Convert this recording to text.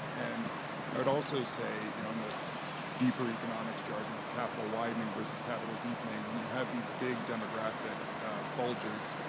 and i would also say you know in the deeper economics jargon of capital widening versus capital deepening, when you have these big demographic bulges,